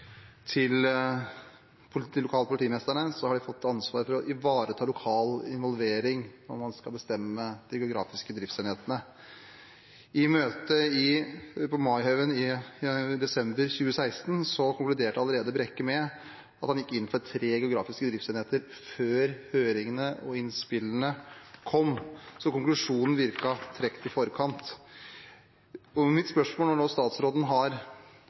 til de lokale politimesterne har de fått ansvar for å ivareta lokal involvering, og man skal bestemme de geografiske driftsenhetene. I møtet på Maihaugen i desember 2016 konkluderte Brekke allerede med at han gikk inn for tre geografiske driftsenheter – før høringene og innspillene kom. Så det virket som konkusjonen var trukket i forkant. Mitt spørsmål er, når nå statsråden har